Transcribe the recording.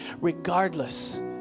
regardless